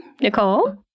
Nicole